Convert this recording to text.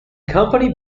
company